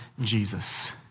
Jesus